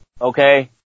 okay